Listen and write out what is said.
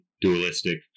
dualistic